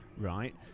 right